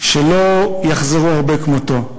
שלא יחזרו הרבה כמותו,